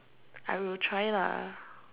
I will try lah